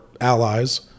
allies